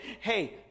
Hey